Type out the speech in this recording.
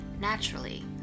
Naturally